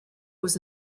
was